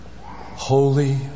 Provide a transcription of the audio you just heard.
Holy